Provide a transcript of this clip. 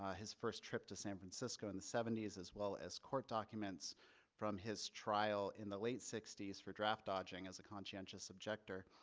ah his first trip to san francisco in the seventy s, as well as court documents from his trial in the late sixty s for draft dodging as a conscientious objector.